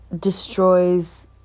destroys